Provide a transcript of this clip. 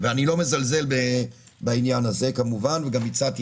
ואני לא מזלזל בעניין הזה כמובן וגם הצעתי